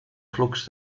flux